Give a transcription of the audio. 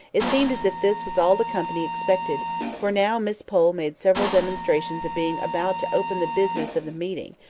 it seemed as if this was all the company expected for now miss pole made several demonstrations of being about to open the business of the meeting,